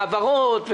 העברות,